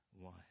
one